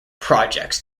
projects